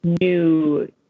new